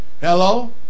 Hello